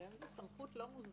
אבל היום זה סמכות לא מוסדרת.